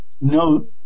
no